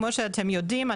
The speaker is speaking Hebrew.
כמו שאתם יודעים,